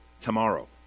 tomorrow